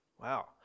wow